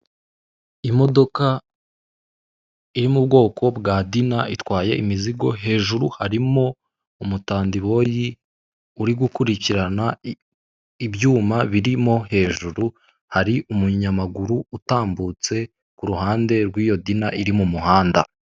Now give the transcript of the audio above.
Imodoka iri mu bwoko bwa dina itwaye imizigo hejuru harimo umutandiboyi uri gukurikirana ibyuma birimo hejuru hari umunyamaguru utambutse ku ruhande rw'iyo dina iri mu muhanda.